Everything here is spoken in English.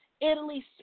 Italy